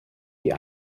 die